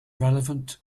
relevant